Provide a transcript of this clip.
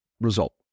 result